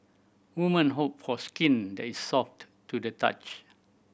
woman hope for skin that is soft to the touch